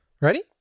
Ready